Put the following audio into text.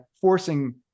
forcing